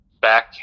back